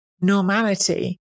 normality